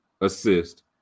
assist